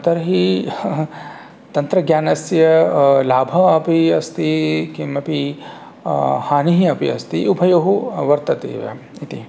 तर्हि तन्त्रज्ञानस्य लाभः अपि अस्ति किमपि हानिः अपि अस्ति उभयोः वर्तते एव इति